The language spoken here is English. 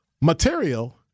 material